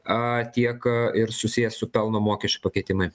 tiek ir susiję su pelno mokesčiu pakeitimai